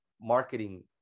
marketing